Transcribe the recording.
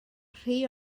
rhy